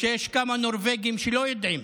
שיש כמה נורבגים שלא יודעים.